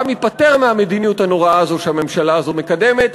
והעם ייפטר מהמדיניות הנוראה הזאת שהממשלה הזאת מקדמת,